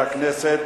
(מס' 17)